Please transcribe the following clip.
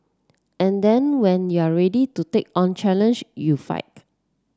and then when you're ready to take on challenge you